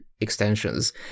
extensions